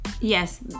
Yes